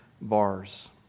bars